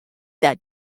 that